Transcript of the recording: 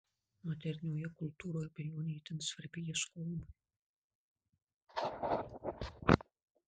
modernioje kultūroje abejonė itin svarbi ieškojimui